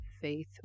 faith